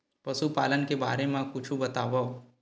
पशुपालन के बारे मा कुछु बतावव?